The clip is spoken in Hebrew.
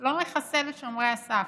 לא מחסל את שומרי הסף.